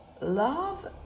love